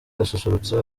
asusurutsa